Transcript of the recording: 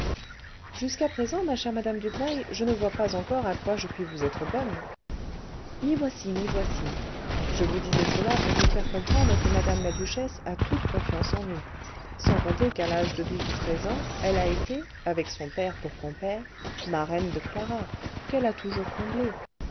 jusqu'à présent ma chère madame dubreuil je ne vois pas encore à quoi je puis vous être bonne m'y voici m'y voici je vous disais cela pour vous faire comprendre que mme la duchesse a toute confiance en nous sans compter qu'à l'âge de douze ou treize ans elle a été avec son père pour compère marraine de clara qu'elle a toujours comblée